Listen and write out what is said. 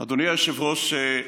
אדוני היושב-ראש,